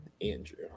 Andrew